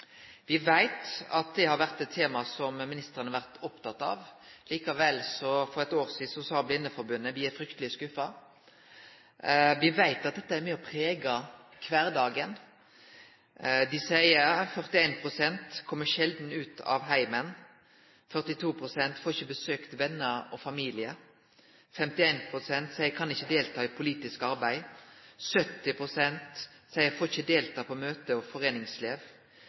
Me veit at det har vore eit tema som ministeren har vore oppteken av. Likevel sa Blindeforbundet for eit år sidan at dei var frykteleg skuffa. Me veit at dette er med på å prege kvardagen. Dei seier at 41 pst. kjem sjeldan ut av heimen, at 42 pst. ikkje får besøkt vener og familie, og at 51 pst. seier at dei ikkje kan delta i politisk arbeid. 70 pst. seier at dei ikkje får delteke på møte og